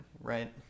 Right